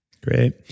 Great